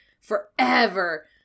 forever